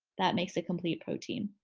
that makes a complete protein.